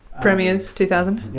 premiers, two thousand.